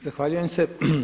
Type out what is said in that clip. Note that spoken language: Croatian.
Zahvaljujem se.